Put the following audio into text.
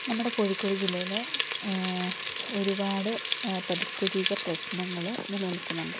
നമ്മുടെ കോഴിക്കോട് ജില്ലയില് ഒരുപാട് പരിസ്ഥിതീക പ്രശ്നങ്ങള് നിലനിൽക്കുന്നുണ്ട്